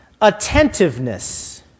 Attentiveness